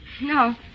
No